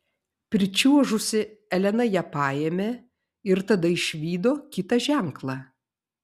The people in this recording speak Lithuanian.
pričiuožusi elena ją paėmė ir tada išvydo kitą ženklą